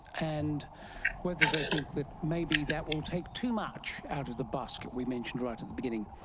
and whether they think that maybe that will take too much out of the basket we mentioned right at the beginning.